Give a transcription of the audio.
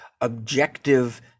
objective